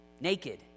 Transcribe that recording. Naked